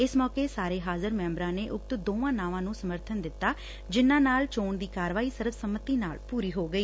ਇਸ ਮੌਕੇ ਸਾਰੇ ਹਾਜ਼ਰ ਮੈਂਬਰਾਂ ਨੇ ਉਕਤ ਦੋਵਾਂ ਨਾਵਾਂ ਨੂੰ ਸਮਰਬਨ ਦਿੱਤਾ ਜਿਸ ਨਾਲ ਚੋਣ ਦੀ ਕਾਰਵਾਈ ਸਰਬਸੰਮਤੀ ਨਾਲ ਪੁਰੀ ਹੋ ਗਈ